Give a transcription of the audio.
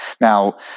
Now